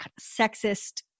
sexist